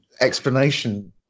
explanation